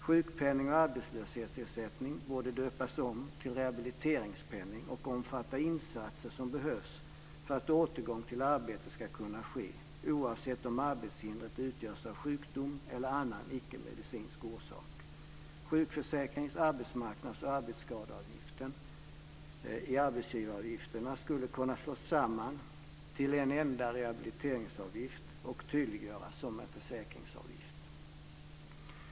Sjukpenning och arbetslöshetsersättning borde döpas om till rehabiliteringspenning och omfatta insatser som behövs för att återgång till arbete ska kunna ske, oavsett om arbetshindret utgörs av sjukdom eller annan icke-medicinsk orsak. Sjukförsäkrings-, arbetsmarknads och arbetsskadeavgiften i arbetsgivaravgifterna skulle kunna slås samman till en enda rehabiliteringsavgift och tydliggöras som en försäkringsavgift.